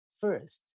first